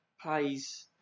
plays